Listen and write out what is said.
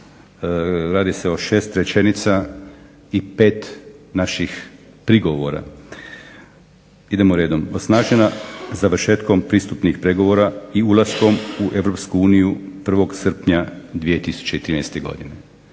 Radi se o 6 rečenica i 5 naših prigovora. Idemo dalje. Osnažena završetkom pristupnih pregovora i ulaskom u EU 1. srpnja 2013. godine.